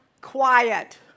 quiet